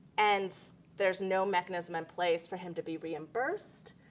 and there is no mechanism in place for him to be reimbursed,